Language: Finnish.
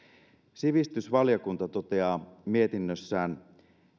sivistysvaliokunta toteaa mietinnössään